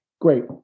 great